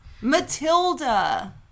Matilda